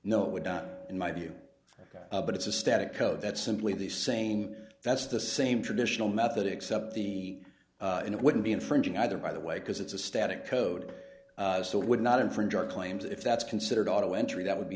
no it would not in my view but it's a static code that's simply the same that's the same traditional method except the it wouldn't be infringing either by the way because it's a static code so it would not infringe our claims if that's considered auto entry that would be